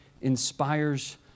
inspires